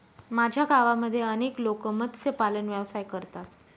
माझ्या गावामध्ये अनेक लोक मत्स्यपालन व्यवसाय करतात